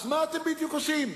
אז מה אתם בדיוק עושים?